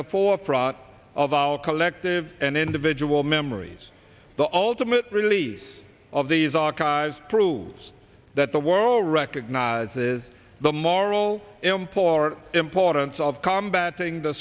the forefront of our collective and individual memories the ultimate release of these archives proves that the world recognizes the moral him for importance of combat ing the